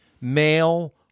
male